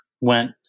went